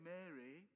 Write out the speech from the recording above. Mary